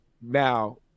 Now